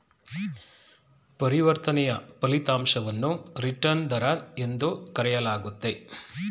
ಪರಿವರ್ತನೆಯ ಫಲಿತಾಂಶವನ್ನು ರಿಟರ್ನ್ ದರ ಎಂದು ಕರೆಯಲಾಗುತ್ತೆ